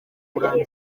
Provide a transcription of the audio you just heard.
burambye